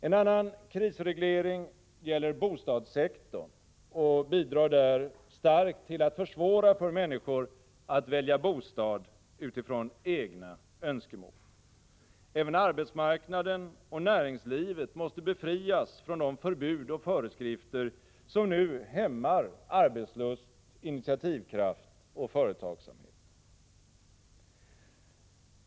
En annan krisreglering gäller bostadssektorn och bidrar där starkt till att försvåra för människor att välja bostad utifrån egna önskemål. Även arbetsmarknaden och näringslivet måste befrias från de förbud och föreskrifter som nu hämmar arbetslust, initiativkraft och företagsamhet.